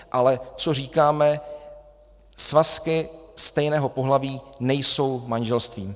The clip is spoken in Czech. Ale co říkáme svazky stejného pohlaví nejsou manželstvím.